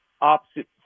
opposite